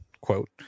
quote